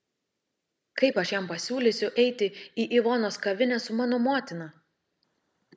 kaip aš jam pasiūlysiu eiti į ivonos kavinę su mano motina